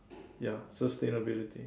ya sustainability